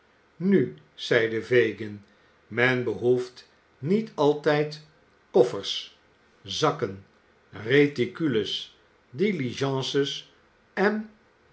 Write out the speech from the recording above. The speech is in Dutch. nu zeide fagin men behoeft niet altijd koffers zakken reticules diligences en